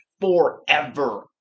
forever